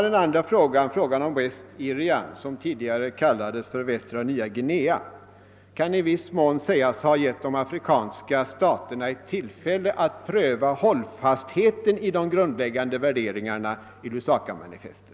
Den andra frågan, frågan om West Irian som tidigare kallades Västra Nya Guinea, kan i viss mån sägas ha gett de afrikanska staterna ett tillfälle att pröva hållfastheten i de grundläggande värderingarna i Lusakamanifestet.